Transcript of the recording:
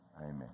Amen